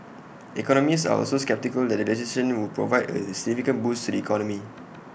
economists are also sceptical that the legislation would provide A significant boost to the economy